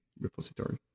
repository